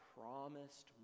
promised